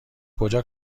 کجا